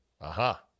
Aha